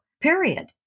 period